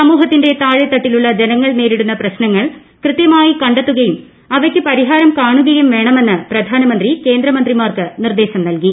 സമൂഹത്തിന്റെ താഴെത്തട്ടിലുള്ള ജനങ്ങൾ നേരിടുന്ന പ്രശ്നങ്ങൾ കൃത്യമായി കണ്ടെത്തുകയും അവയ്ക്ക് പരിഹാരം കാണുകയും വേണമെന്ന് പ്രധാനമന്ത്രി കേന്ദ്ര മന്ത്രിമാർക്ക് നിർദ്ദേശം നൽകി